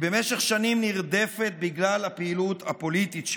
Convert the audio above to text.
במשך שנים היא נרדפת בגלל הפעילות הפוליטית שלה,